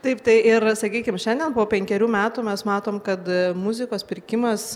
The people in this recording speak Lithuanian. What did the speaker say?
taip tai ir sakykim šiandien po penkerių metų mes matom kad muzikos pirkimas